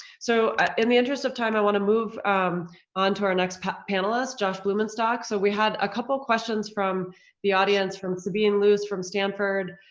so ah in the interest of time, i wanna move onto our next panelist, josh blumenstock. so we had a couple of questions from the audience from serbian luiz, from stanford.